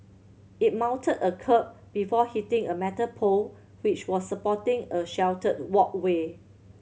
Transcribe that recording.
it mounted a kerb before hitting a metal pole which was supporting a sheltered walkway